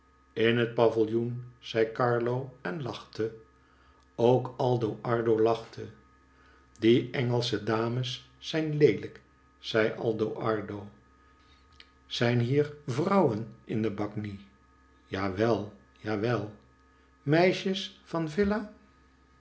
in het pavillioen zei carlo en lachte ook aldo ardo lachte die engelsche dames zijn leelijk zei aldo ardo zijn hier vrouwen in de bagni jawel jawel meisjes van villa